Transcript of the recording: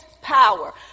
power